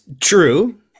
true